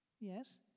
Yes